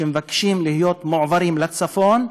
שמבקשים להיות מועברים לצפון,